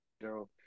no